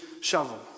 shovel